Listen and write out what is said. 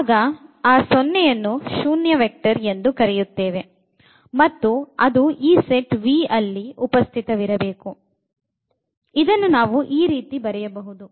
ಆಗ ಆ 0 ಶೂನ್ಯ ವೆಕ್ಟರ್ ಎನ್ನುತ್ತೇವೆ ಮತ್ತು ಅದು ಈ ಸೆಟ್ V ಅಲ್ಲಿ ಉಪಸ್ಥಿತ ವಿರಬೇಕು